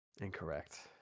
Incorrect